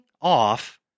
off